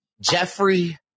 Jeffrey